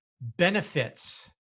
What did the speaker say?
benefits